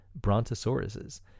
Brontosauruses